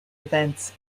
events